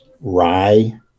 Rye